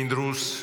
חבר הכנסת פינדרוס,